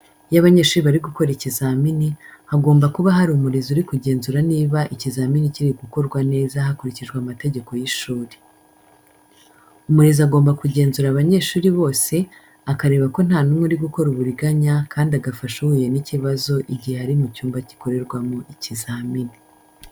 Iyo abanyeshuri bari gukora ikizamini, hagomba kuba hari umurezi uri kugenzura niba ikizamini kiri gukorwa neza hakurikijwe amategeko y'ishuri. Umurezi agomba kugenzura abanyeshuri bose, akareba ko nta numwe uri gukora uburiganya kandi agafasha uhuye n'ikibazo igihe ari mu cyumba gikorerwamo ikizamini.